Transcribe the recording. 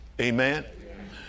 Amen